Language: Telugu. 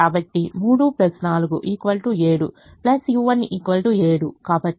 కాబట్టి 3 4 7 u1 7 కాబట్టి u1 0